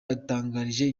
yatangarije